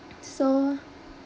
so